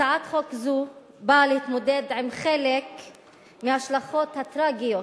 הצעת חוק זו באה להתמודד עם חלק מההשלכות הטרגיות